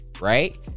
Right